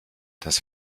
das